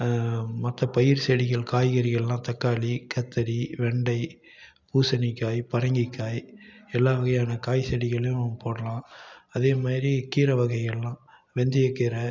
மற்ற பயிர் செடிகள் காய்கறிகள்லாம் தக்காளி கத்திரி வெண்டை பூசணிக்காய் பரங்கிக்காய் எல்லா வகையான காய் செடிகளும் போடலாம் அதே மாதிரி கீரை வகைகள்லாம் வெந்தியக்கீரை